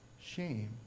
shame